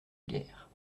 guerre